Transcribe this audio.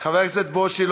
חבר הכנסת ברושי,